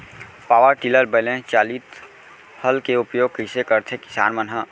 Power tiller बैलेंस चालित हल के उपयोग कइसे करथें किसान मन ह?